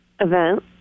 Event